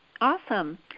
Awesome